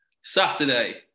Saturday